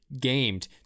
gamed